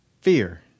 fear